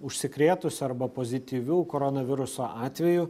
užsikrėtusių arba pozityvių koronaviruso atvejų